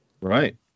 right